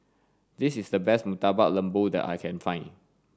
this is the best murtabak lembu that I can find